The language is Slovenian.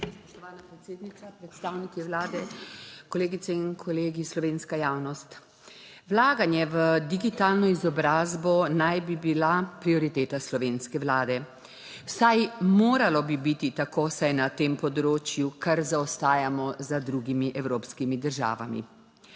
(Nadaljevanje) izobrazbo naj bi bila prioriteta slovenske vlade, vsaj moralo bi biti tako, saj na tem področju kar zaostajamo za drugimi evropskimi državami.